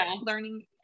learning